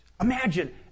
Imagine